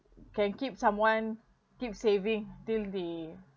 can keep someone keep saving till they